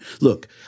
Look